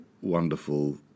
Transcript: wonderful